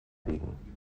wiegen